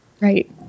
right